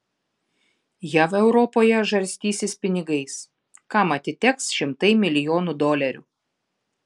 jav europoje žarstysis pinigais kam atiteks šimtai milijonų dolerių